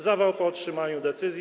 Zawał po otrzymaniu decyzji.